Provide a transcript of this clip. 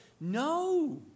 No